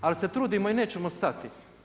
Ali se trudimo i nećemo stati.